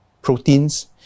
proteins